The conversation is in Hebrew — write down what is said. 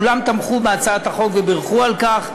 כולם תמכו בהצעת החוק ובירכו על כך,